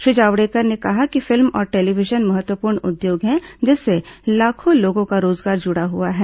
श्री जावड़ेकर ने कहा कि फिल्म और टेलीविजन महत्वपूर्ण उद्योग है जिससे लाखों लोगों का रोजगार जुड़ा है